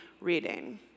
reading